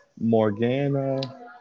Morgana